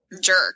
jerk